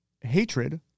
Hatred